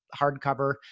hardcover